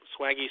Swaggy